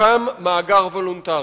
יוקם מאגר וולונטרי.